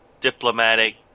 diplomatic